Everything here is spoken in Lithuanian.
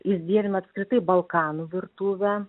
jis dievina apskritai balkanų virtuvę